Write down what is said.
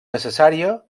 necessària